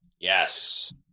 Yes